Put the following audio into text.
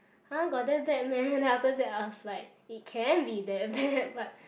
!huh! got that bad meh then after that I was like it can be that bad but